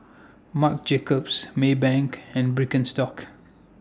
Marc Jacobs Maybank and Birkenstock